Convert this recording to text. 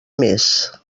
més